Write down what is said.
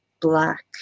black